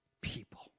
people